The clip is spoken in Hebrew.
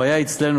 הבעיה היא אצלנו.